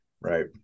Right